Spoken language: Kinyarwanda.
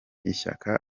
ishyaka